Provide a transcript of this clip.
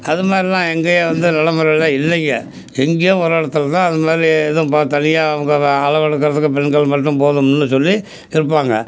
அது மாதிரிலாம் எங்கேயும் வந்து நடைமுறைல இல்லைங்க எங்கேயா ஒரு இடத்துல தான் அது மாதிரி அதுவும் பா தனியாக அவங்க வ அளவெடுக்கிறதுக்கு பெண்கள் மட்டும் போதும்னு சொல்லி எடுப்பாங்க